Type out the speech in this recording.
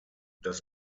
das